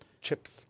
Chips